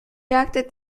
acted